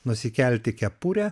nusikelti kepurę